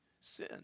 sin